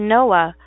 Noah